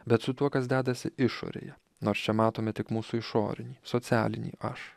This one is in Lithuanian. bet su tuo kas dedasi išorėje nors čia matome tik mūsų išorinį socialinį aš